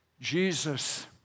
Jesus